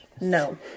No